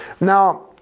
Now